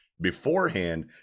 beforehand